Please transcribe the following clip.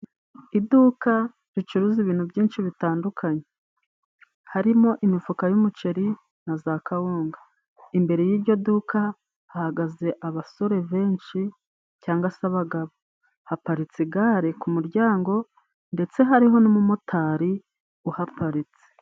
Iduka ricuruza ibintu byinshi bitandukanye, harimo imifuka y'umuceri na za kawunga, imbere y'ijyo duka hahagaze abasore benshi, cyangwa se abagabo, haparitse igare ku muryango, ndetse hariho n'umumotari uhaparitse